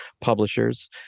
publishers